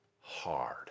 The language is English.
hard